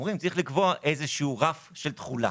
אנחנו רק אומרים שצריך לקבוע איזה רף של תחולה.